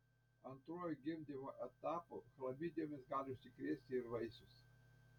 antruoju gimdymo etapu chlamidijomis gali užsikrėsti ir vaisius